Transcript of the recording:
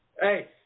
Hey